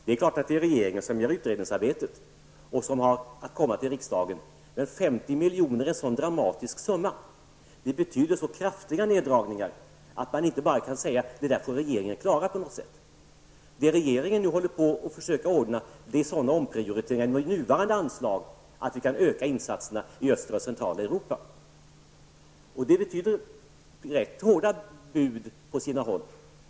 Det är klart att det är regeringen som gör utredningsarbetet och som har att komma till riksdagen, men 50 miljoner är en dramatiskt stor summa. En sådan minskning betyder så kraftiga neddragningar att man inte bara kan säga att regeringen får klara detta på något sätt. Vad regeringen nu håller på att försöka ordna är sådana omprioriteringar med nuvarande anslag att vi kan öka insatserna i östra och centrala Europa. Det betyder ganska hårda bud på sina håll.